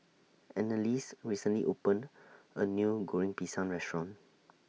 Anneliese recently opened A New Goreng Pisang Restaurant